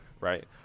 right